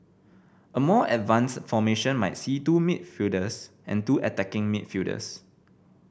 a more advanced formation might see two midfielders and two attacking midfielders